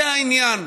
זה העניין.